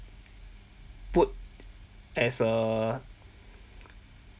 put as a